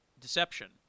deception